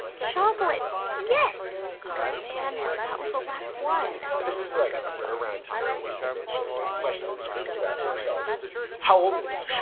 chocolates. yes! oh man. that was the last one this is like ah but around time for me to mention the question that we should continue asking ourselves, which is how old are these people